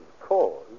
cause